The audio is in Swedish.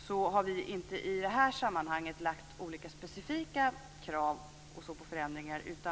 I detta sammanhang har vi inte ställt olika specifika krav på förändringar.